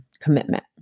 commitment